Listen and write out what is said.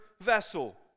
vessel